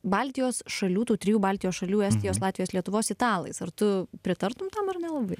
baltijos šalių tų trijų baltijos šalių estijos latvijos lietuvos italais ar tu pritartum tam ar nelabai